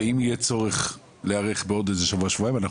ואם יהיה צורך להיערך בעוד שבוע-שבועיים אנחנו